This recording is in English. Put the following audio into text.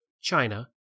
China